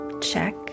check